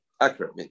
accurate